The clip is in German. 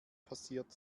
passiert